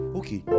okay